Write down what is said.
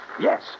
Yes